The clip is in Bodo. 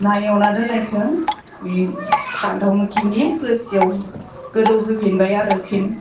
ना एवना दोन्नायखौ फान्थाव मोखिनि रोसियाव गोदौ होफिनबाय आरो फिन